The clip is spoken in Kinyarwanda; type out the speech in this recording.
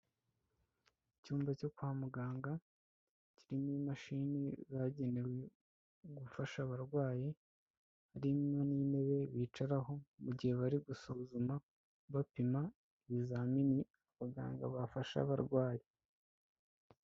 Icyumba cyo kwa muganga kirimo imashini zagenewe gufasha abarwayi, harimo n'intebe bicaraho mu gihe bari gusuzuma, bapima ibizamini abaganga bafashe abarwayi.